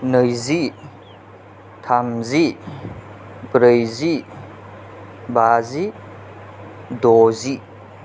नैजि थामजि ब्रैजि बाजि द'जि